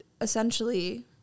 essentially